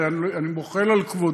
הרי אני מוחל על כבודי.